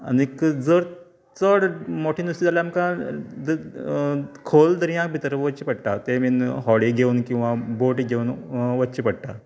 आनीक जर चड मोठे नुस्तें जाल्यार आमकां खोल दर्याक भितर वयचे पडटा तें बीन होडे घेवन किंवा बोट घेवन वचचे पडटा